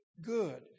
Good